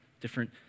different